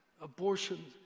abortion